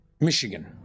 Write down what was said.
Michigan